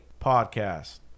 Podcast